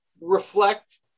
reflect